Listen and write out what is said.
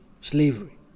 slavery